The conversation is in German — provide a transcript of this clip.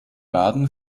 baden